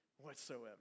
whatsoever